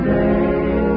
day